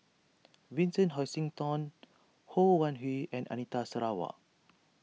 Vincent Hoisington Ho Wan Hui and Anita Sarawak